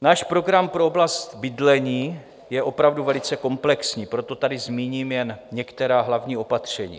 Náš program pro oblast bydlení je opravdu velice komplexní, proto tady zmíním jen některá hlavní opatření.